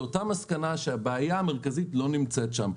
לאותה מסקנה: שהבעיה המרכזית לא נמצאת שם.